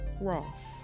Ross